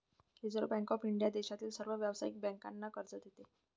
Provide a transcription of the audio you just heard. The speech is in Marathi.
रिझर्व्ह बँक ऑफ इंडिया देशातील सर्व व्यावसायिक बँकांना कर्ज देते